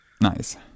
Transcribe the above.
Nice